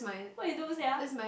why you do sia